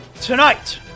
Tonight